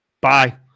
Bye